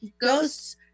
ghosts